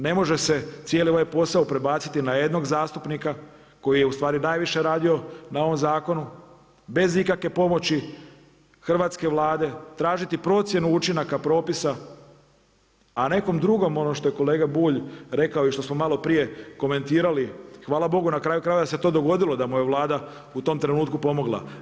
Ne može se cijeli ovaj posao prebaciti na jednog zastupnika koji je u stvari najviše radio na ovom zakonu bez ikakve pomoći hrvatske Vlade, tražiti procjenu učinaka propisa a nekom drugom, ono što je kolega Bulj rekao i što smo malo prije komentirali hvala Bogu na kraju krajeva da se to dogodilo da mu je Vlada u tom trenutku pomogla.